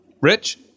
Rich